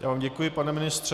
Já vám děkuji, pane ministře.